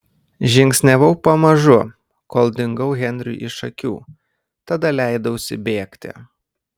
žingsniavau pamažu kol dingau henriui iš akių tada leidausi bėgti